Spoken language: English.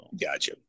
Gotcha